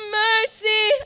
mercy